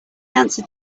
answer